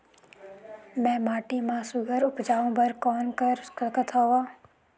मैं माटी मा सुघ्घर उपजाऊ बर कौन कर सकत हवो?